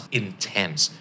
intense